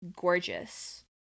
gorgeous